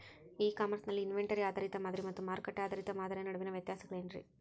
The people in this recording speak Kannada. ಇ ಕಾಮರ್ಸ್ ನಲ್ಲಿ ಇನ್ವೆಂಟರಿ ಆಧಾರಿತ ಮಾದರಿ ಮತ್ತ ಮಾರುಕಟ್ಟೆ ಆಧಾರಿತ ಮಾದರಿಯ ನಡುವಿನ ವ್ಯತ್ಯಾಸಗಳೇನ ರೇ?